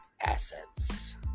assets